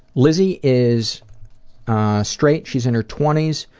lizzy is straight, she's in her twenty s.